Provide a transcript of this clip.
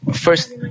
First